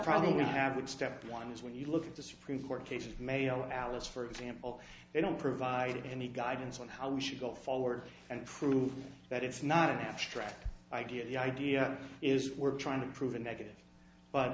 average step one is when you look at the supreme court case of mail in alice for example they don't provide any guidance on how we should go forward and prove that it's not an abstract idea the idea is we're trying to prove a negative but